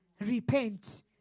Repent